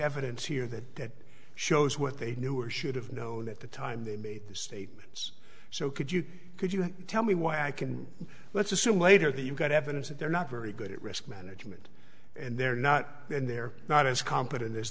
evidence here that shows what they knew or should have known at the time they made the statements so could you could you tell me why i can let's assume later that you've got evidence that they're not very good at risk management and they're not and they're not as competent as